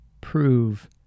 prove